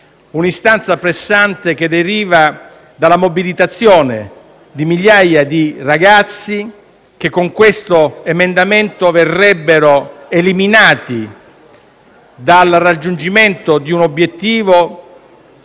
Un'istanza pressante che deriva dalla mobilitazione di migliaia di ragazzi che con questo emendamento verrebbero eliminati dal raggiungimento di un obiettivo